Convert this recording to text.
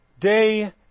Day